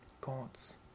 Gods